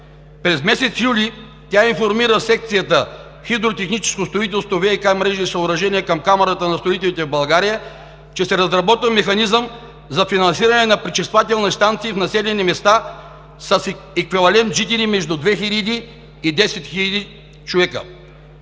През месец юли тя информира секцията „Хидротехническо строителство, ВиК мрежи и съоръжения“ към Камарата на строителите в България, че се разработва механизъм за финансиране на пречиствателни станции в населени места с еквивалент жители между 2000 и 10 000 човека.